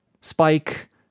spike